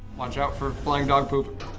watch out for flying dog poop.